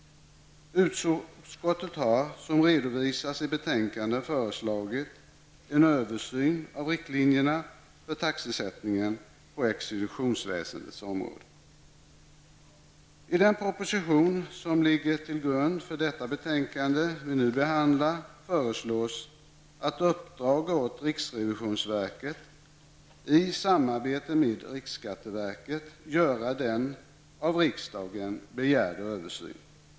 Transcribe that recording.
Utskottet har, som redovisas i betänkandet, föreslagit en översyn av riktlinjerna för taxesättningen på exekutionsväsendets område. I den proposition som ligger till grund för betänkandet föreslås att det skall uppdragas åt riksrevisionsverket i samarbete med riksskatteverket att göra den av riksdagen begärda översynen.